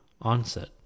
onset